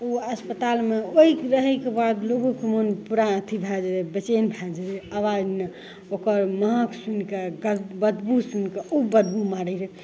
ओ अस्पतालमे ओहि रहैके बाद लोकोके मोन पूरा अथी भै जाए रहै बेचैन भै जाए रहै अब आज नहि ओकर महक सुँघिके बदबू सुँघिके ओ बदबू मारै रहै